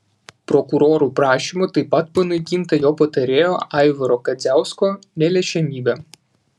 prokurorų prašymu taip pat panaikinta jo patarėjo aivaro kadziausko neliečiamybė